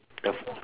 the food